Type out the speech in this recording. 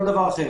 כל דבר אחר.